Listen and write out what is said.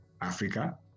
Africa